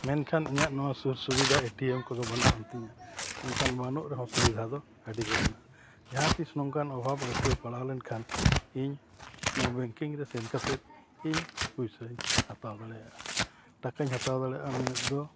ᱢᱮᱱᱠᱷᱟᱱ ᱤᱧᱟᱹᱜ ᱱᱚᱣᱟ ᱥᱩᱨ ᱥᱩᱵᱤᱫᱷᱟ ᱮᱴᱤᱭᱮᱢ ᱠᱚᱫᱚ ᱵᱟᱹᱱᱩᱜᱼᱟ ᱢᱮᱱᱠᱷᱟᱱ ᱵᱟᱹᱱᱩᱜ ᱨᱮᱦᱚᱸ ᱚᱥᱩᱵᱤᱫᱷᱟ ᱫᱚ ᱟᱹᱰᱤᱜᱮ ᱢᱮᱱᱟᱜᱼᱟ ᱡᱟᱦᱟᱸ ᱛᱤᱥ ᱱᱚᱝᱠᱟ ᱚᱵᱷᱟᱵᱽ ᱟᱹᱭᱠᱟᱹᱣ ᱯᱟᱲᱟᱣ ᱞᱮᱱᱠᱷᱟᱱ ᱤᱧ ᱱᱚᱣᱟ ᱵᱮᱝᱠᱤᱝ ᱨᱮ ᱥᱮᱱ ᱠᱟᱛᱮᱫ ᱤᱧ ᱯᱩᱭᱥᱟᱹᱧ ᱦᱟᱛᱟᱣ ᱫᱟᱲᱮᱭᱟᱜᱼᱟ ᱴᱟᱠᱟᱧ ᱦᱟᱛᱟᱣ ᱫᱟᱲᱮᱭᱟᱜᱼᱟ ᱩᱱᱟᱹᱜ ᱫᱚ